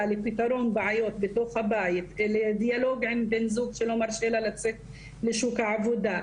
לפתרון בעיות בתוך הבית לדיאלוג עם בן זוג שלא מרשה לה לצאת לשוק העבודה,